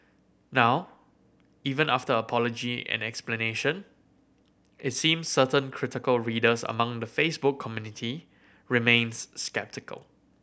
now even after her apology and explanation it seems certain critical readers among the Facebook community remains sceptical